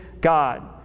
God